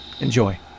Enjoy